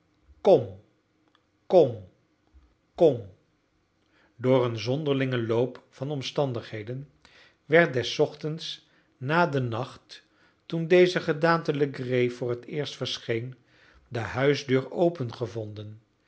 door een zonderlingen loop van omstandigheden werd des ochtends na den nacht toen deze gedaante legree voor het eerst verscheen de huisdeur open gevonden